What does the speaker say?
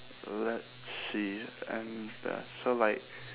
let's see and there are so like